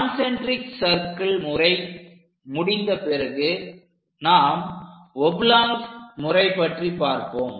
concentric circle முறை முடிந்த பிறகு நாம் ஒப்லாங் முறை பற்றி பார்ப்போம்